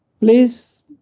please